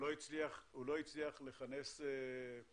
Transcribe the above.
הוא לא הצליח לכנס את